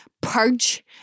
purge